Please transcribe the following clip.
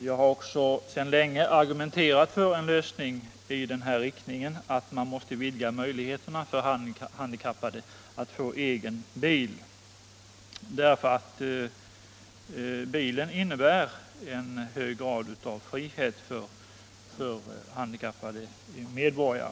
Jag har också sedan länge argumenterat för en lösning i den här riktningen, dvs. att möjligheterna för de handikappade att få egen bil måste vidgas. Möjligheten till bil innebär en hög grad en frihet för handikappade medborgare.